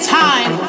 time